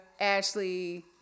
Ashley